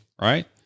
right